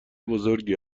بزرگی